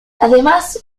además